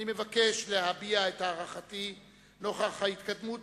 אני מבקש להביע את הערכתי נוכח ההתקדמות